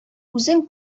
үзең